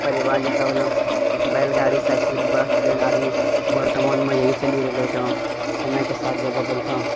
परिवहन जैसे हो गेलो बैलगाड़ी साइकिल बस ट्रेन आदि वर्तमानमे इएह चलि रहलो छै समयके साथ जे बदलतो